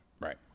Right